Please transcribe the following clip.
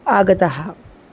आगतः